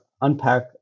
unpack